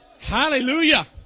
Hallelujah